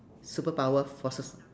superpower for soc~